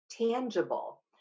tangible